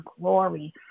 glory